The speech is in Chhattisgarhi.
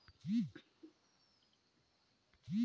भारतीय स्टेट बेंक हर भारत कर पहिल रास्टीयकृत बेंक बने रहिस